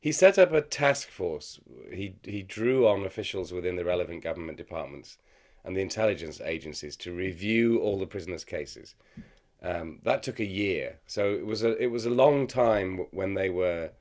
he set up a task force he drew on officials within the relevant government departments and the intelligence agencies to review all the prisoners cases that took a year so it was a it was a long time when they were